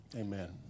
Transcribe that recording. Amen